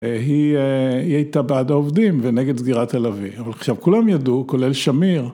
היא הייתה בעד העובדים ונגד סגירה תל אביב, אבל עכשיו כולם ידעו, כולל שמיר.